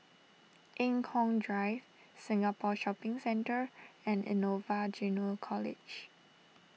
Eng Kong Drive Singapore Shopping Centre and Innova Junior College